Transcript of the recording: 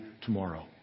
tomorrow